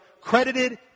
credited